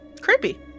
Creepy